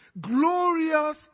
glorious